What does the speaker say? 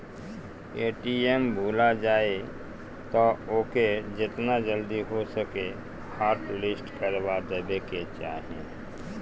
ATM भूला जाए तअ ओके जेतना जल्दी हो सके हॉटलिस्ट करवा देवे के चाही